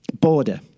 border